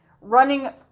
running